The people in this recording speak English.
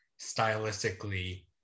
stylistically